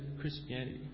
Christianity